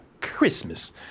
Christmas